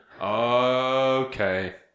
Okay